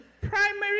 primary